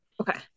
Okay